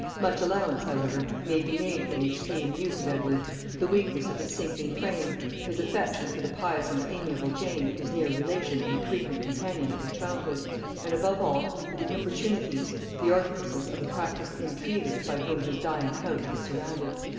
much allowance, however, may be made for the extreme youth of edward the weakness of his sinking frame his affection for the pious and amiable jane, his near relation and the frequent companion of his childhood and above all, for the importunities, the artifices, of the practised intriguers by whom his dying couch was surrounded.